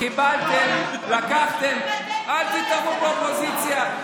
קיבלתם, לקחתם, אל תתערבו באופוזיציה.